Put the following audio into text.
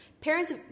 Parents